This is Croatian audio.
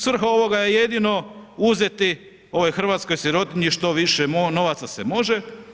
Svrha ovoga je jedino uzeti ovoj hrvatskoj sirotinji što više novaca se može.